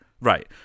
Right